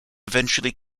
eventually